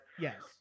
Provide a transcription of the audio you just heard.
Yes